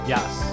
Yes